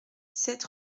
sept